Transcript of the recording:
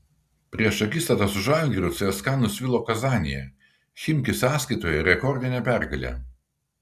prieš akistatą su žalgiriu cska nusvilo kazanėje chimki sąskaitoje rekordinė pergalė